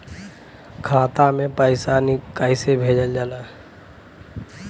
खाता में पैसा कैसे भेजल जाला?